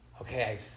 okay